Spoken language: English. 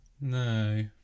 No